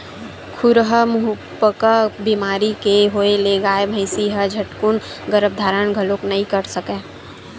खुरहा मुहंपका बेमारी के होय ले गाय, भइसी ह झटकून गरभ धारन घलोक नइ कर सकय